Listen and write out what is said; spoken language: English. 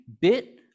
bit